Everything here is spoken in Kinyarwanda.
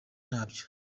ntabyo